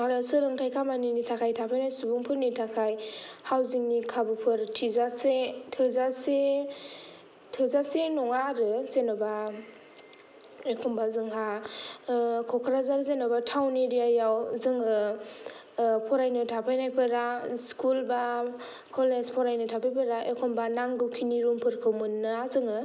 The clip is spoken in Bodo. आरो सोलोंथाइ खामानिनि थाखाय थाफैनाय सुबुंफोरनि थाखाय हाउसिंनि खाबुफोर थिजासे थोजासे थोजासे नङा आरो जेन'बा एखमबा जोंहा क'क्राझार जेन'बा टाउन एरियायाव जोङो फरायनो थाफैनायफोरा स्कुल बा कलेज फरायनो थाफैनायफोरा एखनब्ला नांगौखिनि रुमफोरखौ मोना जोङो